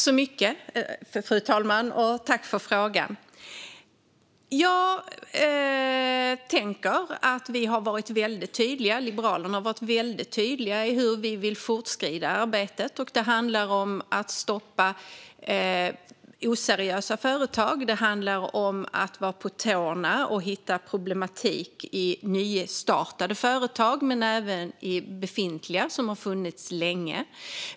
Fru talman! Jag tackar för frågan. Jag tänker att vi i Liberalerna har varit väldigt tydliga med hur vi vill gå vidare i arbetet. Det handlar om att stoppa oseriösa företag. Det handlar om att vara på tårna och hitta problematik i nystartade företag men även i befintliga som har funnits länge.